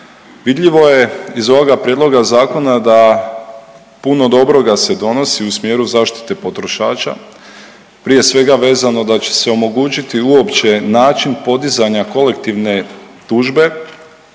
Vidljivo je iz ovoga prijedloga zakona da puno dobroga se donosi u smjeru zaštite potrošača. Prije svega vezano da će se omogućiti uopće način podizanja kolektivne tužbe